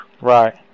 right